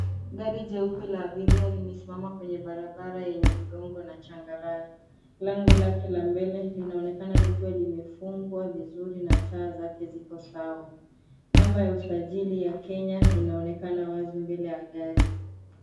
Gari jeupe la abiria limesimama kwenye barabara yenye udongo na changarawe, lango lake la mbele, linaonekana likiwa limefungwa vizuri, na taa zake ziko sawa. Namba ya usajili ya Kenya inaonekana wazi mbele ya gari.